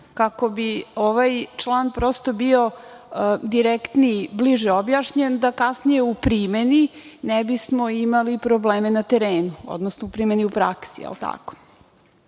kako bi ovaj član prosto bio direktniji i bliže objašnjen, da kasnije u primeni ne bismo imali probleme na terenu, odnosno u primeni u praksi. Mi